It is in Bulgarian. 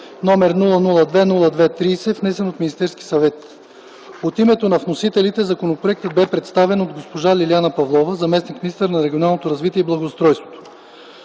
№ 002-02-30, внесен от Министерски съвет. От името на вносителите законопроектът бе представен от госпожа Лиляна Павлова – заместник-министър на регионалното развитие и благоустройството.